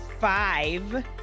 five